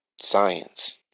science